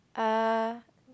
uh